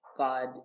god